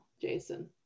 Jason